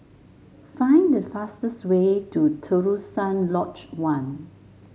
find the fastest way to Terusan Lodge One